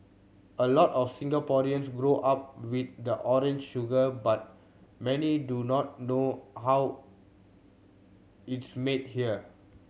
a lot of Singaporeans grow up with the orange sugar but many do not know how it's made here